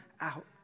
out